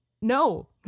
No